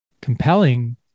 compelling